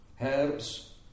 herbs